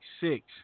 six